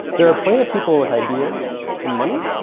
there are plenty of people with ideas and money,